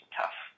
tough